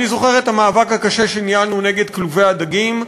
אני זוכר את המאבק הקשה שניהלנו נגד כלובי הדגים,